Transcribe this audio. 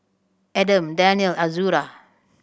Adam Daniel Azura